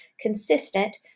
consistent